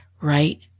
right